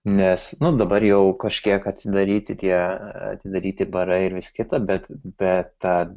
nes nu dabar jau kažkiek atsidaryti tie atidaryti barai ir vis kita bet bet